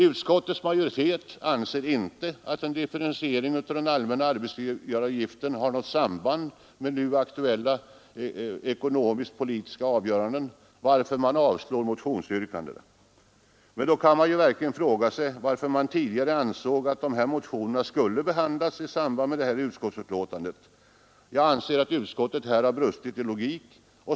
Utskottets majoritet anser inte att en differentiering av den allmänna arbetsgivaravgiften har något samband med nu aktuella ekonomiskpolitiska avgöranden, varför majoriteten avstyrker motionsyrkandena. Men då kan man verkligen fråga sig varför utskottet tidigare ansåg att dessa motioner skulle behandlas i samband med detta ärende. Jag anser att utskottet här har brustit i logik.